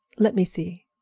let me see,